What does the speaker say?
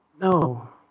no